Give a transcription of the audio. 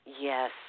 Yes